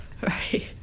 Right